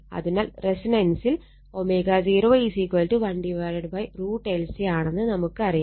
അതിനാൽ റെസൊണൻസിൽ ω0 1√L C ആണെന്ന് നമുക്കറിയാം